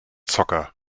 zocker